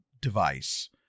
device